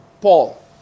Paul